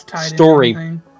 story